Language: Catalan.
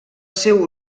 seu